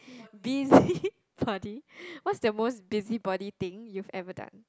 busybody what's the most busybody thing you've ever done